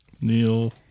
Neil